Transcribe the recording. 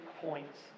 points